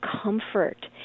comfort